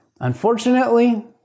Unfortunately